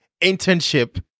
internship